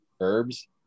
herbs